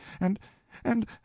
and-and